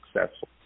successful